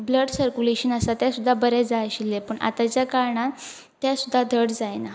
blood circulation आसा तें सुद्दा बरें जाय आशिल्लें पूण आतांच्या कारणान तें सुद्दा धड जायना